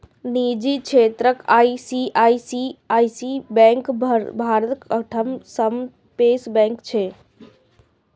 निजी क्षेत्रक ICICI bank भारतक छठम सबसं पैघ बैंक छियै